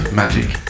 magic